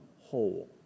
whole